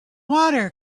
water